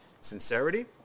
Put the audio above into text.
sincerity